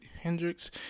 Hendrix